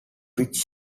which